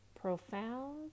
Profound